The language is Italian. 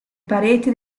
pareti